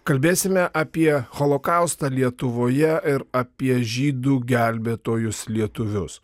kalbėsime apie holokaustą lietuvoje ir apie žydų gelbėtojus lietuvius